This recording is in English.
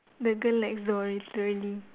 the girl next door literally